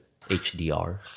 HDR